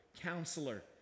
counselor